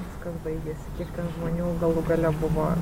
viskas baigėsi kiek ten žmonių galų gale buvo